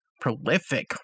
prolific